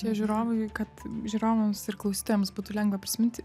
čia žiūrovui kad žiūrovams ir klausytojams būtų lengva prisiminti